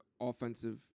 offensive